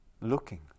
looking